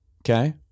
Okay